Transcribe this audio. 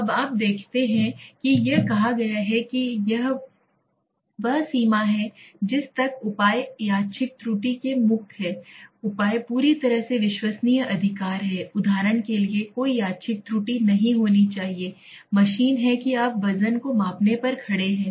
अब आप देखते हैं कि यह कहा गया है यह वह सीमा है जिस तक उपाय यादृच्छिक त्रुटि से मुक्त हैं उपाय पूरी तरह से विश्वसनीय अधिकार है उदाहरण के लिए कोई यादृच्छिक त्रुटि नहीं होनी चाहिए मशीन है कि आप वजन को मापने पर खड़े हैं